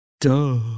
Duh